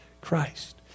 Christ